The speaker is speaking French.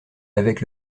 avec